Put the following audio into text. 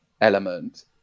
element